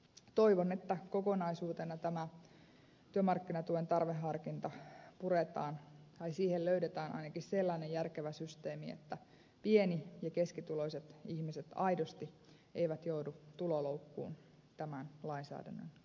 toivon että kokonaisuutena tämä työmarkkinatuen tarveharkinta puretaan tai siihen löydetään ainakin sellainen järkevä systeemi että pieni ja keskituloiset ihmiset aidosti eivät joudu tuloloukkuun tämän lainsäädännön takia